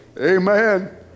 Amen